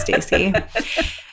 Stacey